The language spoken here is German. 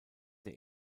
der